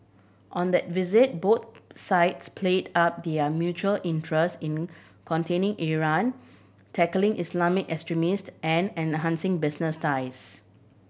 on that visit both sides played up their mutual interest in containing Iran tackling Islamic extremist and enhancing business ties